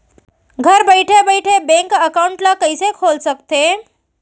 घर बइठे बइठे बैंक एकाउंट ल कइसे खोल सकथे?